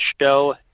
show